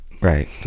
right